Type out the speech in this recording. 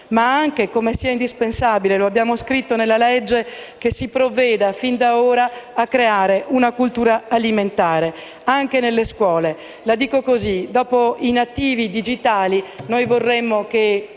definisce come sia indispensabile - lo abbiamo scritto nel testo - che si provveda fin d'ora a creare una cultura alimentare anche nelle scuole. La dico così: dopo i nativi digitali, noi vorremmo che